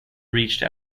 reached